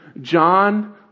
John